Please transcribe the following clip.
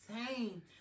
insane